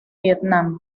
vietnam